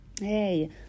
Hey